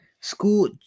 School